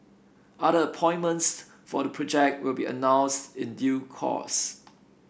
other appointments for the project will be announced in due course